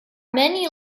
many